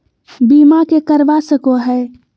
बीमा के करवा सको है?